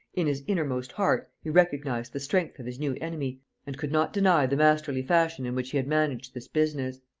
in his innermost heart, he recognized the strength of his new enemy and could not deny the masterly fashion in which he had managed this business.